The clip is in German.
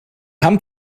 haben